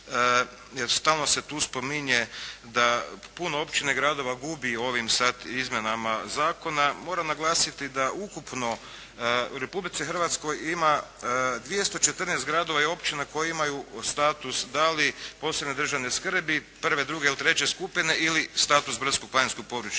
stalno se tu spominje da puno općina i gradova gubi u ovim sad izmjenama zakona. Moram naglasiti da ukupno u Republici Hrvatskoj ima 214 gradova i općina koji imaju status da li posebne državne skrbi prve, druge ili treće skupine ili status brdsko-planinskog područja,